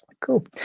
Cool